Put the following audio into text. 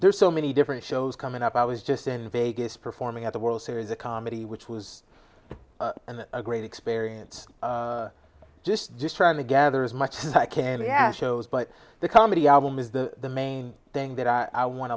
there's so many different shows coming up i was just in vegas performing at the world series a comedy which was a great experience just trying to gather as much as i can i ask shows but the comedy album is the main thing that i want